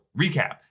recap